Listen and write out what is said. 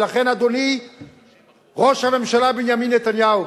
ולכן, אדוני ראש הממשלה בנימין נתניהו: